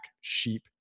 sheep